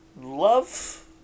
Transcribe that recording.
love